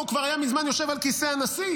הוא כבר היה מזמן יושב על כיסא הנשיא,